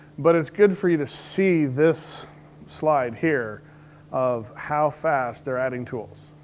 but it's good for you to see this slide here of how fast they're adding tools.